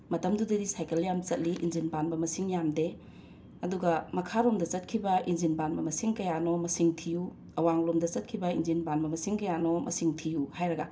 ꯃꯇꯝꯗꯨꯗꯗꯤ ꯁꯥꯏꯀꯜ ꯌꯥꯝ ꯆꯠꯂꯤ ꯏꯟꯖꯤꯟ ꯄꯥꯟꯕ ꯃꯁꯤꯡ ꯌꯥꯝꯗꯦ ꯑꯗꯨꯒ ꯃꯈꯥꯔꯣꯝꯗ ꯆꯠꯈꯤꯕ ꯏꯟꯖꯤꯟ ꯄꯥꯟꯕ ꯃꯁꯤꯡ ꯀꯌꯥꯅꯣ ꯃꯁꯤꯡ ꯊꯤꯌꯨ ꯑꯋꯥꯡꯂꯣꯝꯗ ꯆꯠꯈꯤꯕ ꯏꯟꯖꯤꯟ ꯄꯥꯟꯕ ꯃꯁꯤꯡ ꯀꯌꯥꯅꯣ ꯃꯁꯤꯡ ꯊꯤꯌꯨ ꯍꯥꯏꯔꯒ